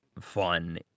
fun